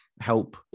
help